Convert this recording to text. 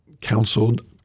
counseled